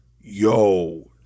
yo